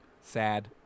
Sad